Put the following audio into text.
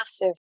massive